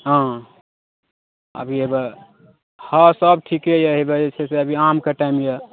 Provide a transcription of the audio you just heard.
हाँ अभी हेबै हाँ सब ठिके यऽ हेबै जे छै से अभी आमके टाइम यऽ